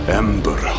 ember